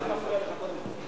מה זה מפריע לך, קודם כול?